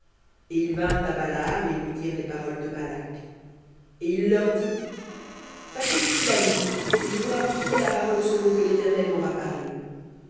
vinrent à balaam et lui dirent les paroles de balak et il leur dit passez ici la nuit et je vous rapporterai la parole selon que l'éternel m'aura parlé